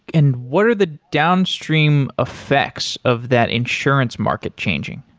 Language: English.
and what are the downstream effects of that insurance market changing?